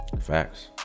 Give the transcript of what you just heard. Facts